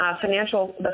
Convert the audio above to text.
financial